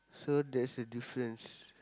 so that's the difference